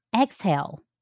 exhale